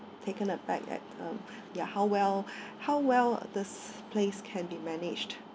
taken aback at uh ya how well how well this place can be managed